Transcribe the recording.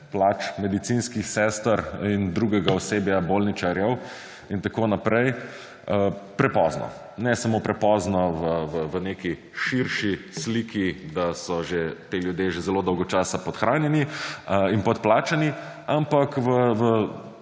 plač medicinskih sester in drugega osebja, bolničarjev, itn., prepozno. Ne samo prepozno v neki širši sliki, da so že ti ljudje že zelo dolgo časa podhranjeni in podplačani, ampak v